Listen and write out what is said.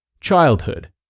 Childhood